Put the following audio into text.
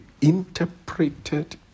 interpreted